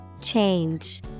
Change